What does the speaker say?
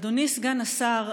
אדוני סגן השר,